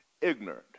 ignorant